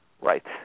Right